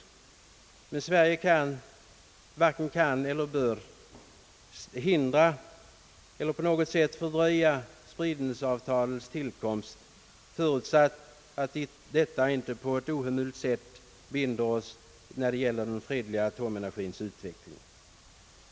Men Sverige varken kan eller bör hindra eller på något sätt fördröja icke-spridningsavtalets tillkomst, förutsatt att detta inte på ett ohemult sätt binder oss i fråga om den fredliga atomenergiutvecklingen.